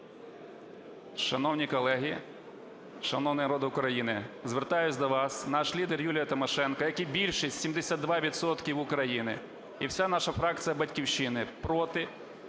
Шановні колеги, шановний народ України, звертаюсь до вас. Наш лідер Юлія Тимошенко, як і більшість, 72 відсотки, України, і вся наша фракція "Батьківщина" проти